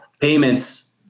payments